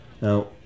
Now